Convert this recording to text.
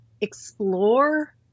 explore